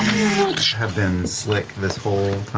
have been slick this whole